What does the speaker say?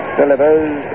Delivers